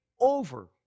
over